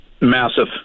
Massive